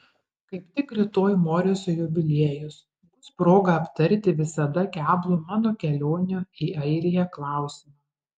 kaip tik rytoj moriso jubiliejus bus proga aptarti visada keblų mano kelionių į airiją klausimą